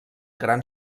gran